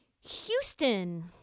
Houston